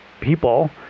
people